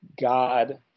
God